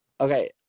Okay